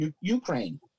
Ukraine